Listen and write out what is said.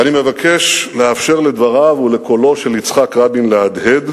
אני מבקש לאפשר לדבריו ולקולו של יצחק רבין להדהד